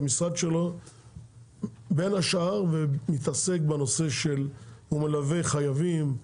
המשרד שלו בין השאר מתעסק בנושא של הוא מלווה חייבים,